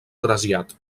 trasllat